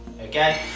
okay